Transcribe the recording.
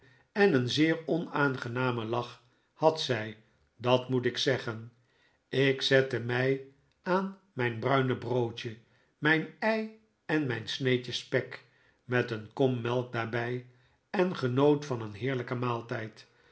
en een zeer onaangenamen lach had zij dat moet ik zeggen ik zette mij aan mijn bruine broodje mijn ei en mijn sneedje spek met een kom melk daarbij en genoot van een heerlijken maaltijd